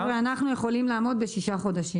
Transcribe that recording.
אנחנו יכולים לעמוד בשישה חודשים.